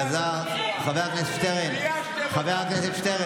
אלעזר, חבר הכנסת שטרן, תודה.